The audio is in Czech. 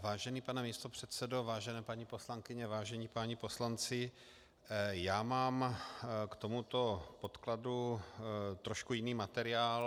Vážený pane místopředsedo, vážené paní poslankyně, vážení páni poslanci, mám k tomuto podkladu trošku jiný materiál.